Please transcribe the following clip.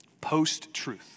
Post-truth